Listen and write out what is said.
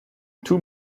two